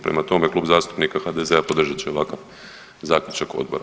Prema tome, Klub zastupnika HDZ-a podržat će ovakav zaključak odbora.